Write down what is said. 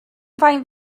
faint